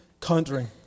countering